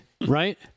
right